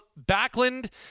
Backlund